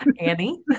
Annie